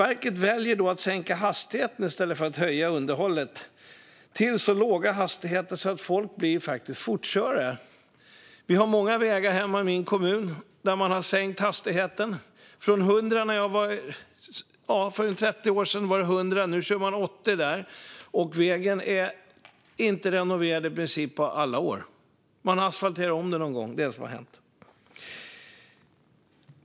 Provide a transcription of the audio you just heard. I stället för att höja underhållet väljer Trafikverket då att sänka hastigheten till så låg hastighet att folk blir fortkörare. Vi har hemma i min kommun många vägar där man har sänkt hastigheten. För cirka 30 år sedan var det 100. Nu kör man 80, och vägen är i princip inte renoverad på alla år. Man har asfalterat om den någon gång. Det är det som har hänt.